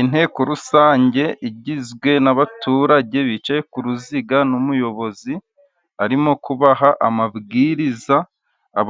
Inteko rusange igizwe n' abaturage bicaye ku ruziga n'umuyobozi arimo kubaha amabwiriza